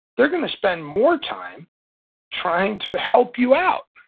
they're going to spend more time trying to help you out.